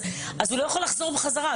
הוא לא יכול לחזור בחזרה.